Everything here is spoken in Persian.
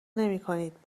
نمیکنید